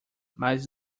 mas